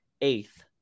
eighth